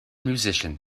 musician